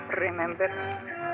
remember